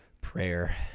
prayer